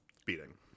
speeding